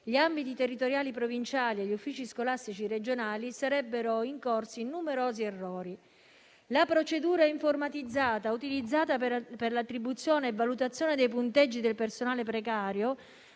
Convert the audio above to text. gli ambiti territoriali provinciali e gli uffici scolastici regionali sarebbero incorsi in numerosi errori. La procedura informatizzata utilizzata per l'attribuzione e la valutazione dei punteggi del personale precario